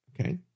Okay